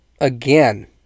Again